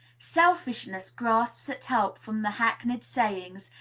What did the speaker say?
selfishness grasps at help from the hackneyed sayings,